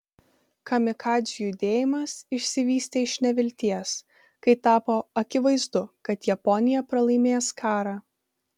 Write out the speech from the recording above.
kamikadzių judėjimas išsivystė iš nevilties kai tapo akivaizdu kad japonija pralaimės karą